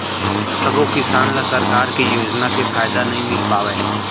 सबो किसान ल सरकार के योजना के फायदा नइ मिल पावय